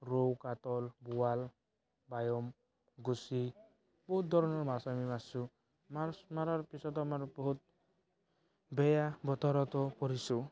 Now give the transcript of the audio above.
ৰৌ কাতল বোৱাল বায়ম গুছি বহুত ধৰণৰ মাছ আমি মাছো মাছ মাৰা পিছত আমাৰ বহুত বেয়া বতৰতো পৰিছোঁ